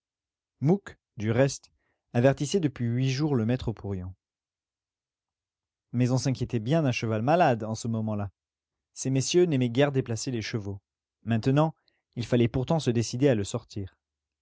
du reste avertissait depuis huit jours le maître porion mais on s'inquiétait bien d'un cheval malade en ce moment-là ces messieurs n'aimaient guère déplacer les chevaux maintenant il fallait pourtant se décider à le sortir